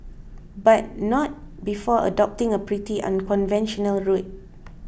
but not before adopting a pretty unconventional route